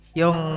yung